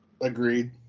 Agreed